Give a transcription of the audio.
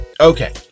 Okay